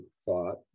thought